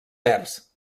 vers